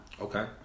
Okay